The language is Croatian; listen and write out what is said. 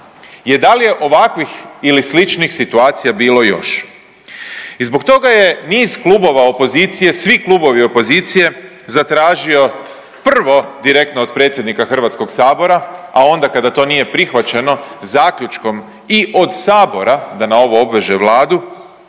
je da li je ovakvih ili sličnih situacija bilo još i zbog toga je niz klubova opozicije, svi klubovi opozicije zatražio prvo, direktno od predsjednika HS-a, a onda kada to nije prihvaćeno, zaključkom i od Sabora da na ovo obveže Vladu,